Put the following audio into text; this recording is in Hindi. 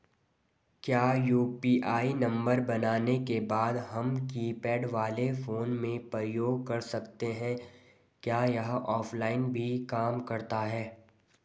क्या यु.पी.आई नम्बर बनाने के बाद हम कीपैड वाले फोन में प्रयोग कर सकते हैं क्या यह ऑफ़लाइन भी काम करता है?